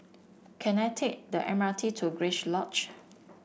can I take the M R T to Grace Lodge